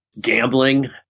gambling